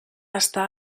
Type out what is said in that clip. estar